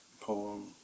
poem